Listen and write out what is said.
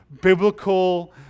biblical